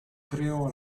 creò